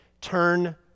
turn